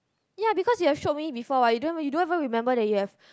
ya because you have showed me before what you don't you don't even remember that you have